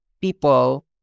people